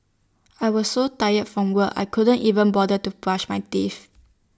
I was so tired from work I could not even bother to brush my teeth